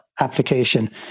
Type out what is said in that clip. application